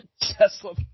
Tesla